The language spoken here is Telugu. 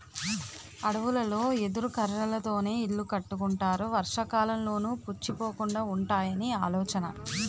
అడవులలో ఎదురు కర్రలతోనే ఇల్లు కట్టుకుంటారు వర్షాకాలంలోనూ పుచ్చిపోకుండా వుంటాయని ఆలోచన